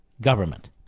government